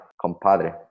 compadre